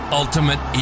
ultimate